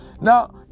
now